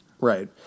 Right